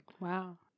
wow